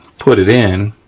put it in,